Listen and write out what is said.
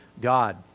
God